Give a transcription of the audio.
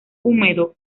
húmedo